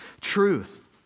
truth